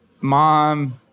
Mom